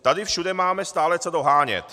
Tady všude máme stále co dohánět.